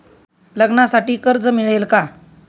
लग्नासाठी कर्ज मिळेल का?